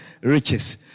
riches